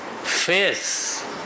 face